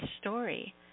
Story